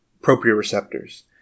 proprioceptors